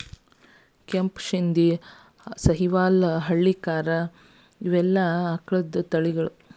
ಕೆಂಪು ಶಿಂದಿ, ಸಹಿವಾಲ್ ಹಳ್ಳಿಕಾರ ಇವೆಲ್ಲಾ ಆಕಳದ ತಳಿಗಳು